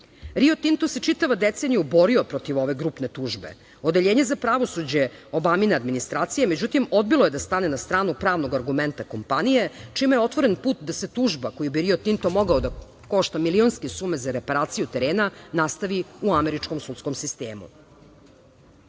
Tinto se čitave decenije borio protiv ove grupne tužbe. Odeljenje za pravosuđe Obamine administracije međutim odbilo je stave na stranu pravnog argumenta kompanije čime je otvoren put da tužba koju bi Rio Tinto mogao da košta milionske sume za reparaciju terena nastavi u američkom sudskom sistemu. Rudnig